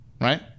right